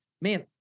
man